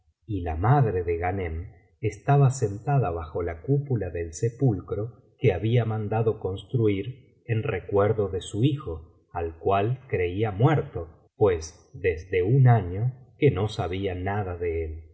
estaba sentada bajo la cúpula del sepulcro que había mandado construir en recuerdo de su hijo al cual creía muerto pues desde un año que no sabía nada de él